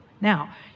Now